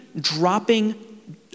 dropping